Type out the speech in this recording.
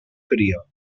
career